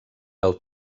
del